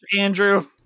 Andrew